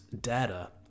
data